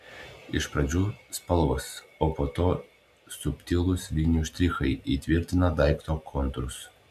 iš pradžių spalvos o po to subtilūs linijų štrichai įtvirtina daikto kontūrus